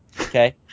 Okay